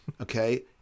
Okay